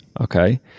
Okay